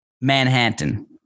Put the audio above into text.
Manhattan